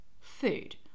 food